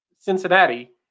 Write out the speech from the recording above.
Cincinnati